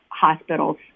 hospitals